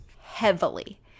heavily